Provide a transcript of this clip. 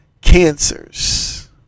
cancers